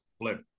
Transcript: flip